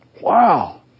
Wow